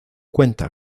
cuenta